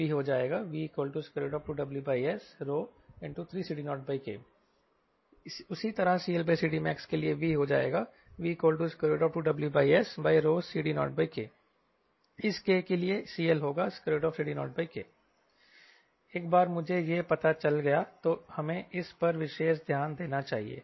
तो CL32CD max के लिए V हो जाएगा V2WS3CD0K उसी तरह CLCDmaxके लिए V हो जाएगा V2WSCD0K इस K के लिए CL होगा CD0K एक बार मुझे यह पता चल गया तो हमें इस पर विशेष ध्यान देना चाहिए